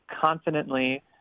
confidently